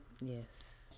Yes